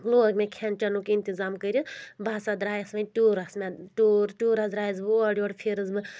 لوگ مےٚ کھٮ۪ن چٮ۪نُک اِنتظام کٔرِتھ بہٕ ہَسا درٛایس وۄنۍ ٹوٗرس ٹوٗرس درٛایس بہٕ اورٕ یورٕ پھیٖرِس بہٕ